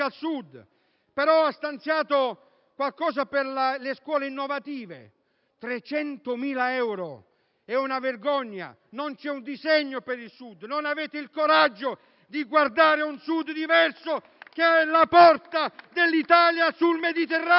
al Sud, stanziando però qualcosa per le scuole innovative: 300.000 euro. È una vergogna. Non c'è un disegno per il Sud, non avete il coraggio di guardare un Sud diverso, che rappresenta la porta dell'Italia sul Mediterraneo.